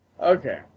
Okay